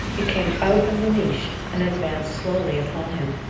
it came out of the niche, and advanced slowly upon him.